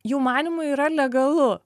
jų manymu yra legalu